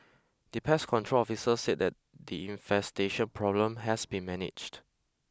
the pest control officer said that the infestation problem has been managed